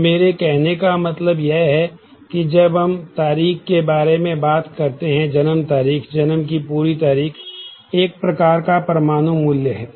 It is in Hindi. तो मेरे कहने का मतलब यह है कि जब हम तारीख के बारे में बात कर रहे हैं जन्म तारीख जन्म की पूरी तारीख एक प्रकार का परमाणु मूल्य है